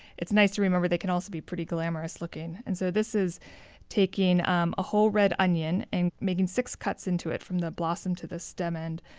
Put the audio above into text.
it's nice to remember they can also be pretty glamorous-looking. and so this is taking um a whole red onion and making six cuts into it, from the blossom to the stem end,